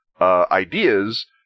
ideas